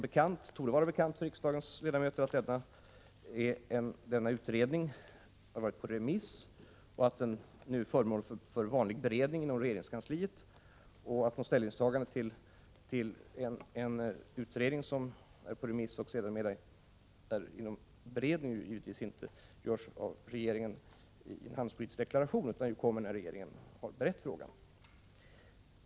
Det torde vara bekant för riksdagens ledamöter att denna utredning har varit på remiss och nu är föremål för vanlig beredning i kanslihuset och att något ställningstagande till en utredning som befinner sig på remiss och sedermera under beredning givetvis inte görs av regeringen i en handelspolitisk deklaration utan ju kommer först när regeringen har berett frågan.